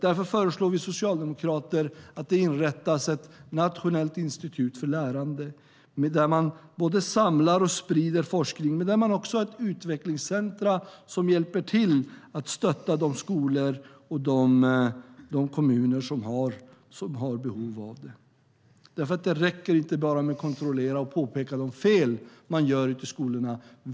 Därför föreslår vi socialdemokrater att det ska inrättas ett nationellt institut för lärande där man både samlar och sprider forskning men där man också har ett utvecklingscentrum som hjälper till att stötta de skolor och de kommuner som har behov av det. Det räcker inte med att bara kontrollera och påpeka de fel som görs ute i skolorna.